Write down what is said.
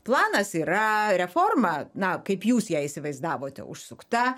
planas yra reforma na kaip jūs ją įsivaizdavote užsukta